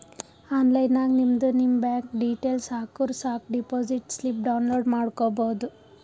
online ನಾಗ್ ನಿಮ್ದು ನಿಮ್ ಬ್ಯಾಂಕ್ ಡೀಟೇಲ್ಸ್ ಹಾಕುರ್ ಸಾಕ್ ಡೆಪೋಸಿಟ್ ಸ್ಲಿಪ್ ಡೌನ್ಲೋಡ್ ಮಾಡ್ಕೋಬೋದು